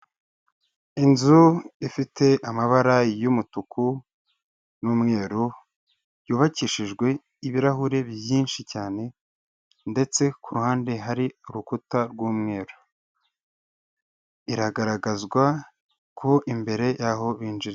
Inzu ifite amabara y'umutuku n'umweru yubakishijwe ibirahuri byinshi cyane ndetse ku ruhande hari urukuta rw'umweru, iragaragazwa ko imbere y'aho binjirira.